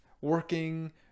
working